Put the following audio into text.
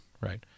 right